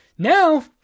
Now